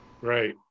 right